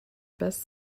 best